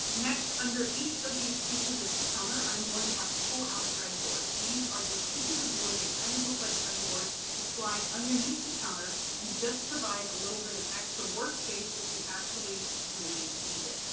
next, under each of these pieces of counter, i'm going to have pull out breadboards. these are just pieces of wood. they kind of look like cutting boards that slide underneath the counter and just provide a little bit of extra work space if you actually really need it.